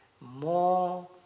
more